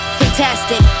fantastic